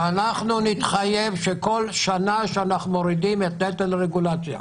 -- שאנחנו נתחייב שבכל שנה שאנחנו מורידים את נטל הרגולציה,